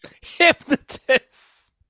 hypnotists